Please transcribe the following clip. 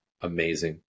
Amazing